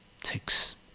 takes